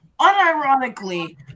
unironically